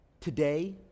today